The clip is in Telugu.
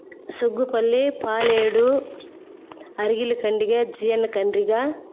సుగ్గుపల్లి పాలేడు అరిగిలి కండిగా జీయన్ కండ్రిగ